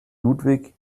ludwig